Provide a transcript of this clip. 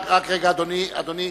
רק רגע, אדוני.